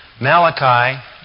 Malachi